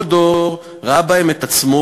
כל דור ראה בהם את עצמו,